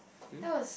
that was